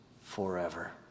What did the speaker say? forever